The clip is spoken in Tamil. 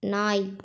நாய்